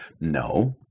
No